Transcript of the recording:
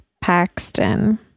Paxton